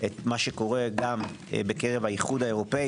את מה שקורה גם בקרב האיחוד האירופאי